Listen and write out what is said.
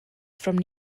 from